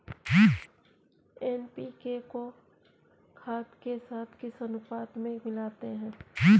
NPK को खाद के साथ किस अनुपात में मिलाते हैं?